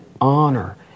honor